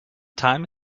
time